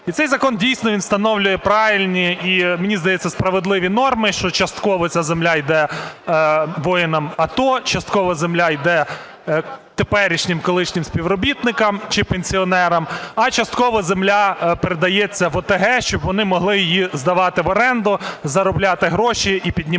І цей закон, дійсно, він встановлює правильні і, мені здається, справедливі норми, що частково ця земля іде воїнам АТО, частково земля іде теперішнім колишнім співробітникам чи пенсіонерам, а частково земля передається в ОТГ, щоб вони могли її здавати в оренду, заробляти гроші і піднімати